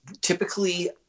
typically